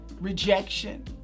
rejection